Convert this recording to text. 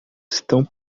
estão